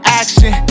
action